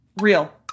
Real